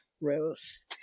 Rose